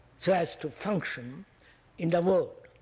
so as to function in the world,